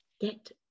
get